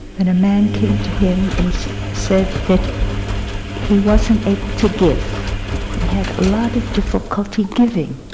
and a man came to him and said that he wasn't able to give. he had a lot of difficulty giving,